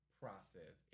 process